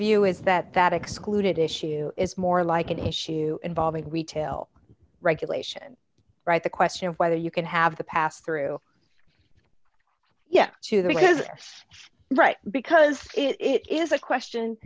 view is that that excluded issue is more like an issue involving retail regulation right the question of whether you can have the pass through yes to that was right because it is a question